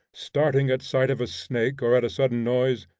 starting at sight of a snake, or at a sudden noise,